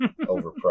overpriced